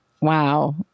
wow